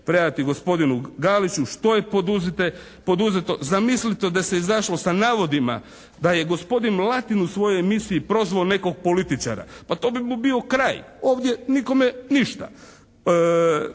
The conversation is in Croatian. predati gospodinu Galiću. Što je poduzeto? Zamislite da se izašlo sa navodima da je gospodin Latin u svojoj emisiji prozvao nekog političara. Pa to bi mu bio kraj. Ovdje nikome ništa.